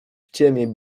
ciemię